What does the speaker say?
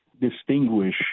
distinguish